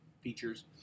features